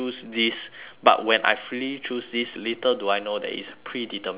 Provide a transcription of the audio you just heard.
but when I freely choose this little do I know that it's predetermined already